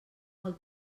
molt